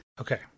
Okay